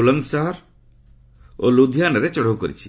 ବୂଲନ୍ଦ ସହର ଓ ଲ୍ରଧିଆନାରେ ଚଢ଼ଉ କରିଛି